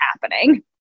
happening